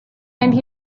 and